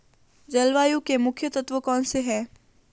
जलवायु के मुख्य तत्व कौनसे हैं?